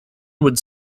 would